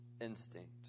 instinct